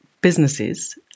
businesses